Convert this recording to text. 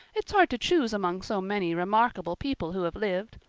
it's hard to choose among so many remarkable people who have lived.